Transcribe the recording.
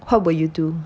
what would you do